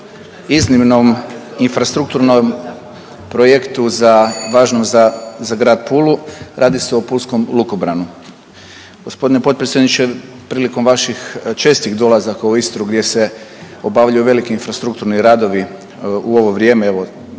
iznimnom infrastrukturnom projektu za, važnom za, za grad Pulu, radi se o pulskom lukobranu. Gospodine potpredsjedniče prilikom vaših čestih dolazaka u Istru gdje se obavljaju veliki infrastrukturni radovi u ovo vrijeme,